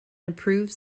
approves